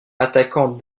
attaquant